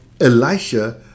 Elisha